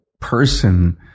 person